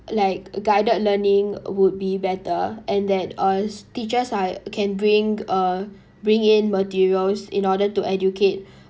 like guided learning would be better and that uh teachers like can bring uh bring in materials in order to educate